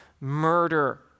murder